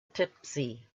tipsy